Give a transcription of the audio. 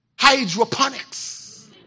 hydroponics